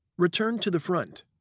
return to the front.